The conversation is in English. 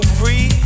free